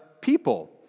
people